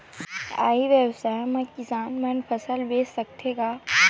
ई व्यवसाय म किसान मन फसल बेच सकथे का?